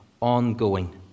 ongoing